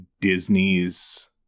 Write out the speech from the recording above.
Disney's